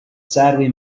sadly